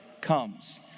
comes